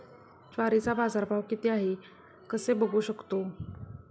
ज्वारीचा बाजारभाव किती आहे कसे बघू शकतो?